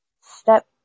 step